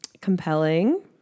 compelling